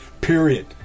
Period